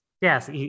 yes